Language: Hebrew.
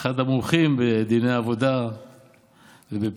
אחד המומחים בדיני עבודה ובפנסיה,